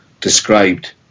described